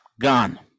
gone